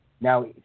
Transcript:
Now